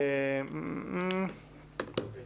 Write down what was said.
הם צריכים